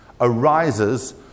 arises